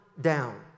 down